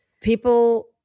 people